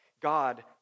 God